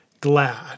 glad